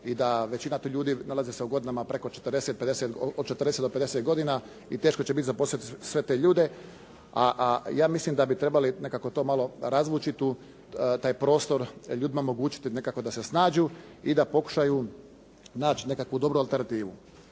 i da većina tih ljudi nalazi se u godinama preko 40,50, od 40 do 50 godina i teško će biti zaposliti sve te ljude. A ja mislim da bi trebali nekako to malo razvući taj prostor, ljudima omogućiti nekako da se snađu i da pokušaju naći nekakvu dobru alternativu.